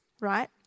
right